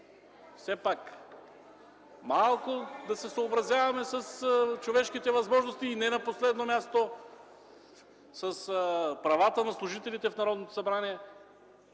Малко да се съобразяваме с човешките възможности и не на последно място – с правата на служителите в Народното събрание,